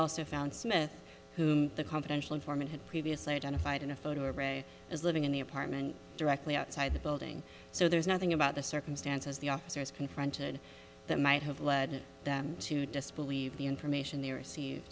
also found smith who the confidential informant had previously identified in a photo array as living in the apartment directly outside the building so there's nothing about the circumstances the officers confronted that might have led them to disbelieve the information they receive